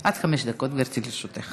עד חמש דקות, גברתי, לרשותך.